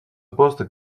poste